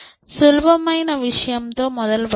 సులభమైన విషయం తో మొదలు పెడదాం